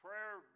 prayer